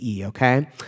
okay